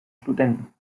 studenten